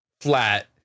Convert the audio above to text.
flat